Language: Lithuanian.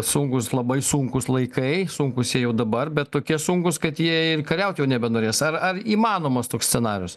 sunkūs labai sunkūs laikai sunkūs jie jau dabar bet tokie sunkūs kad jie ir kariauti nebenorės ar ar įmanomas toks scenarijus